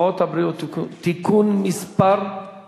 ההצעות לסדר-היום תועברנה להמשך דיון בוועדת העבודה,